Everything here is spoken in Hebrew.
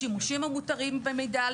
השימושים המותרים במידע.